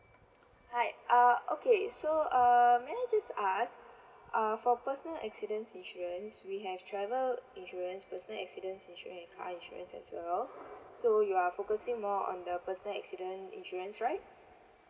hi uh okay so err may I just ask uh for personal accidents insurance we have travel insurance personal accidents insurance and car insurance as well so you are focusing more on the person accident insurance right